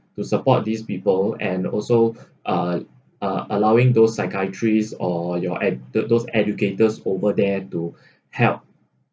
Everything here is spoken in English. to support these people and also uh uh allowing those psychiatrist or you're ed~ the those educators over there to help